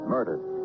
Murdered